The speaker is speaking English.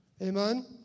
Amen